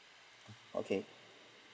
okay